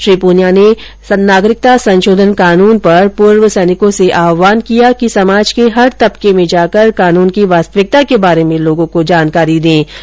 श्री पूनियां ने नागरिकता संशोधन कानून पर पूर्व सैनिकों से आहवान किया कि समाज के हर तबके में जाकर कानून की वास्तविकता के बारे में लोगों को जानकारी दी जाये